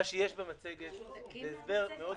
מה שיש במצגת זה הסבר מאוד כללי.